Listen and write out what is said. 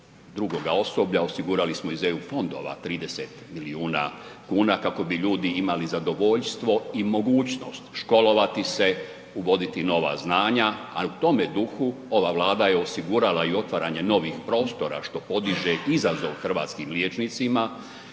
drugoga osoblja osigurali smo iz eu fondova 30 milijuna kuna kako bi ljudi imali zadovoljstvo i mogućnost školovati se, uvoditi nova znanja a u tome duhu ova Vlada je osigurala i otvaranje novih prostora što podiže izazov hrvatskim liječnicima.